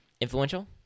influential